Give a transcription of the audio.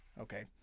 Okay